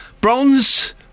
bronze